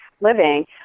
living